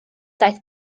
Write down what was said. daeth